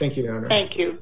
thank you thank you